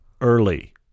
early